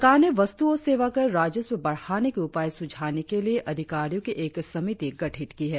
सरकार ने वस्तु और सेवाकर राजस्व बढ़ाने के उपाय सुझाने के लिए अधिकारियों की एक समिति गठित की है